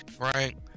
right